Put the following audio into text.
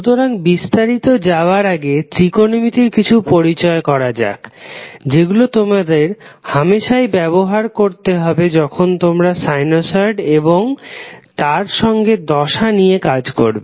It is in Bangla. সুতরাং বিস্তারিত যাবার আগে ত্রিকোণমিতির কিছু পরিচয় করা যাক যেগুলো তোমাদের হামেশায় ব্যবহার করতে হবে যখন তোমরা সাইনোসড এবং তার সঙ্গে দশা নিয়ে কাজ করবে